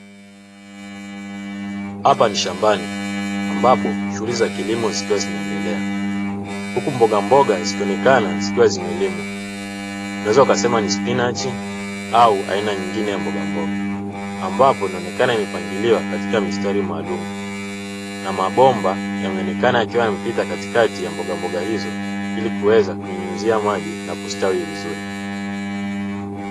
Hapa ni shambani ambapo shughuli za kilimo zikiwa zinaendelea huku mboga mboga sikionekana zikiwa zimelengwa unaweza ukasema ni spinachi au aina nyingine ya mboga, mboga ambapo inaonekana imepangiliwa katika mistari maalumu, na mabomba yameonekana yakiwa yamepita katikati ya mboga, mboga hizo ili kuweza kunyunyizia maji na kustawi vizuri.